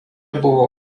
buvo